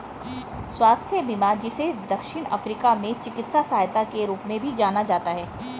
स्वास्थ्य बीमा जिसे दक्षिण अफ्रीका में चिकित्सा सहायता के रूप में भी जाना जाता है